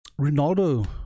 Ronaldo